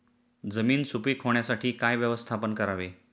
जमीन सुपीक होण्यासाठी काय व्यवस्थापन करावे?